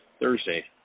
Thursday